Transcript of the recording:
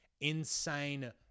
insane